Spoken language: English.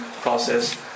process